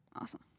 Awesome